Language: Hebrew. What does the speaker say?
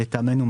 לטעמנו,